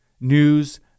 news